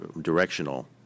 directional